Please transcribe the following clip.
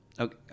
Okay